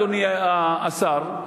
אדוני השר,